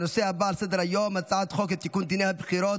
הנושא הבא על סדר-היום: הצעת חוק לתיקון דיני הבחירות